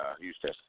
Houston